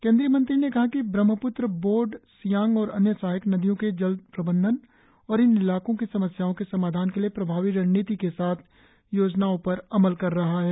केंद्रीय मंत्री ने कहा कि बारहमप्त्र बोर्ड सियांग और अन्य सहायक नदियों के जल प्रबंधन और इन इलाको की समस्याओं के समाधान के लिए प्रभावी रणनीति के साथ योजनाओ पर अमल कर रहा है